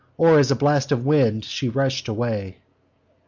or as a blast of wind, she rush'd away.